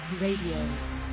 Radio